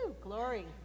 Glory